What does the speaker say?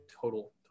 total